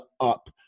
up